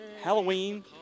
Halloween